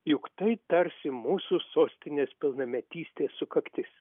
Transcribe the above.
juk tai tarsi mūsų sostinės pilnametystės sukaktis